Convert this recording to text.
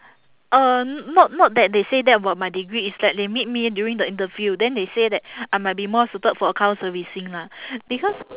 uh not not that they say that about my degree it's that they meet me during the interview then they say that I might be more suited for account servicing lah because